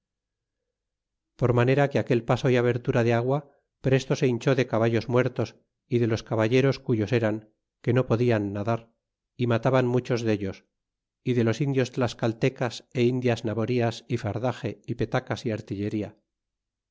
por manera que aquel paso y abertura de agua presto se hinchó de caballos muertos y de los caballeros cuyos eran que no podian nadar y mataban muchos dellos y de los indios tlascaitecas é indias naborlas y fardaxe y petacas y artillería